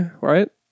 Right